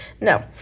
No